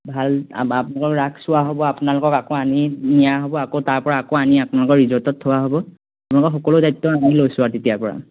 ভাল আপোনালোকক ৰাস চোৱা হ'ব আপোনালোকক আকৌ আনি নিয়া হ'ব আকৌ তাৰপৰা আকৌ আনি আপোনালোকক ৰিজৰ্টত থোৱা হ'ব আপোনালোকৰ সকলো দায়িত্ব আমি লৈছোঁ আৰু তেতিয়াৰ পৰা